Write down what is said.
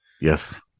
yes